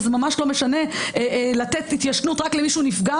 זה ממש לא משנה לתת התיישנות רק למי שנפגע